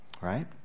right